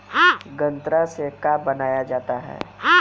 गान्ना से का बनाया जाता है?